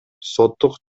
соттук